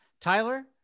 Tyler